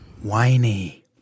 Whiny